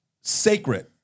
sacred